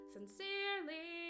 Sincerely